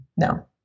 No